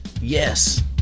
Yes